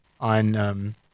on